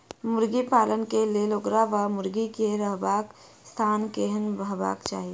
मुर्गी पालन केँ लेल ओकर वा मुर्गी केँ रहबाक स्थान केहन हेबाक चाहि?